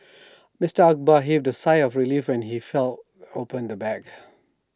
Mister Akbar heaved A sigh of relief when he felt opened the bag